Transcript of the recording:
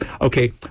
Okay